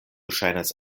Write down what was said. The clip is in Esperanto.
ŝajnas